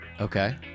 Okay